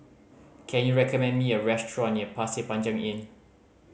can you recommend me a restaurant near Pasir Panjang Inn